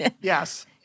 Yes